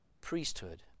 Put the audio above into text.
priesthood